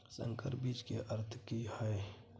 संकर बीज के अर्थ की हैय?